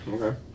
Okay